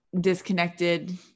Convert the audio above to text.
disconnected